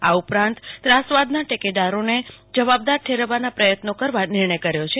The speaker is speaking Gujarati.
આ ઉપરાંત ત્રાસવાદના ટેકેદવારોને જવાબદાર ઠેરવવાના પ્રયત્નો કરવા નિર્ણય કર્યો છે